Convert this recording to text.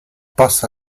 passa